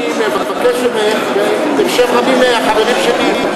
אני מבקש ממך בשם רבים מהחברים שלי,